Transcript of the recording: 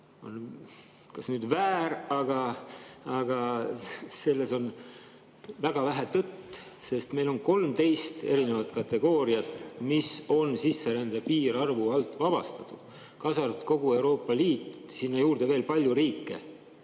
kas väär või selles on väga vähe tõtt. Meil on 13 erinevat kategooriat, mis on sisserände piirarvu alt vabastatud, kaasa arvatud kogu Euroopa Liit, sinna juurde veel palju riike,